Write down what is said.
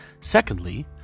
Secondly